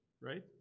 right